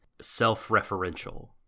self-referential